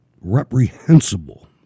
reprehensible